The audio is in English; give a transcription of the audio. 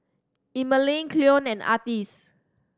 Emmaline Cleon and Artis